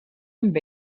amb